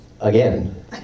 again